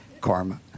karma